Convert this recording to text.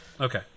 Okay